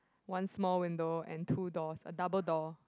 one small window and two doors a double door